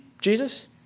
Jesus